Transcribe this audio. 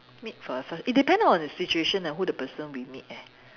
meet for the first it depend on the situation and who the person we meet eh